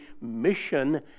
mission